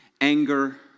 anger